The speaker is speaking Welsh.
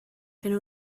fynd